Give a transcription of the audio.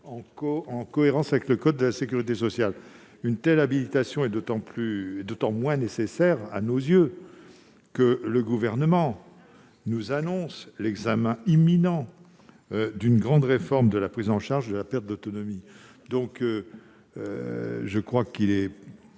en cohérence avec le code de la sécurité sociale. Une telle habilitation est d'autant moins nécessaire que le Gouvernement nous annonce l'examen imminent d'une grande réforme de la prise en charge de la perte d'autonomie. Il paraît donc naturel